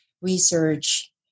research